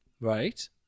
Right